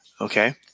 Okay